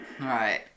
right